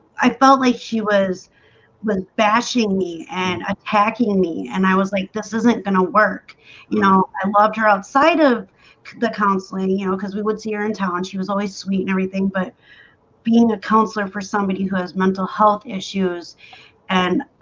i felt like she was with bashing me and attacking me and i was like this isn't gonna work you know, i loved her outside of the counseling, you know, because we would see her in town. she was always sweet and everything but being a counselor for somebody who has mental health issues and